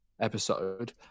episode